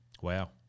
Wow